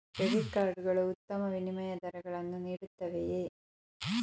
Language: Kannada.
ಕ್ರೆಡಿಟ್ ಕಾರ್ಡ್ ಗಳು ಉತ್ತಮ ವಿನಿಮಯ ದರಗಳನ್ನು ನೀಡುತ್ತವೆಯೇ?